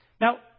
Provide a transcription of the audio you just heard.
Now